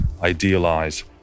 idealize